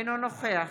אינו נוכח